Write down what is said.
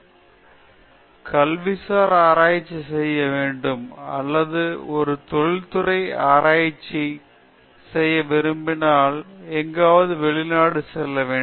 பேராசிரியர் பிரதாப் ஹரிதாஸ் எனவே நீங்கள் ஒன்று கல்விசார் ஆராய்ச்சி செய்ய வேண்டும் அல்லது ஒரு தொழிற்துறை ஆராய்ச்சி செய்ய விரும்பினால் எங்காவது வெளிநாடு செல்ல வேண்டும்